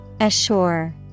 Assure